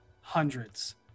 hundreds